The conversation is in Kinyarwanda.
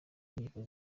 inkiko